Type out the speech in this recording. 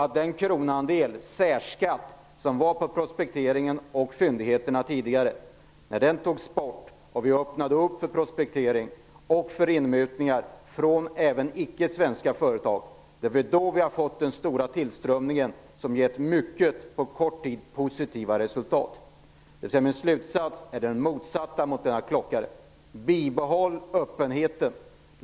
När den kronandel, särskatt, som tidigare gällde för prospekteringen och fyndigheterna togs bort och vi öppnade för prospektering och för inmutningar även från icke svenska företag fick vi den stora tillströmning som på kort tid gett mycket positiva resultat. Min slutsats är motsatsen till Lennart Klockares. Bibehåll alltså öppenheten!